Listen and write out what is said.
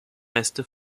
reste